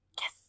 Yes